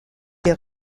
des